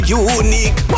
unique